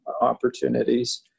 opportunities